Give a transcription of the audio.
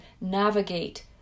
navigate